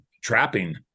trapping